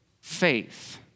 faith